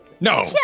No